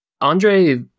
Andre